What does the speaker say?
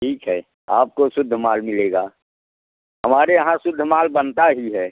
ठीक है आपको शुद्ध माल मिलेगा हमारे यहाँ शुद्ध माल बनता ही है